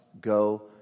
go